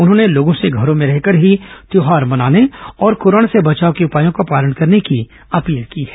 उन्होंने लोगों से घरों में रहकर ही त्यौहार मनाने और कोरोना से बचाव के उपायों का पालन करने की अपील की है